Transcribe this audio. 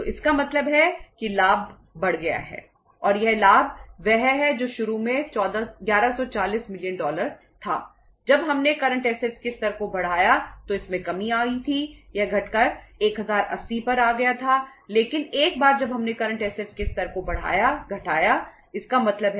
तो इसका मतलब है कि लाभ बढ़ गया है और यहाँ लाभ वह है जो शुरू में 1140 मिलियन डॉलर है